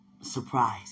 Surprise